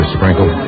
Sprinkle